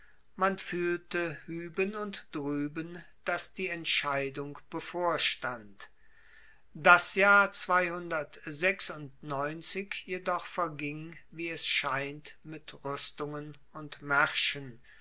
man fuehlte hueben und drueben dass die entscheidung bevorstand das jahr jedoch verging wie es scheint mit ruestungen und maerschen